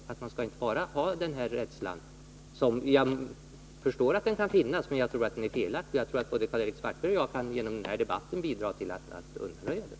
Jag förstår att den här rädslan kan finnas, men jag tror att det är fel att ha den och jag tror att både Karl-Erik Svartberg och jag kan genom den här debatten bidra till att undanröja den.